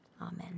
Amen